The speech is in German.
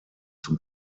zum